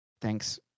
Thanks